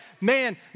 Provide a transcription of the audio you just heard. man